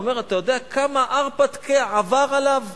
והוא אמר: אתה יודע כמה הרפתקי עבר עליו?